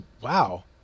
wow